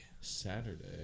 Saturday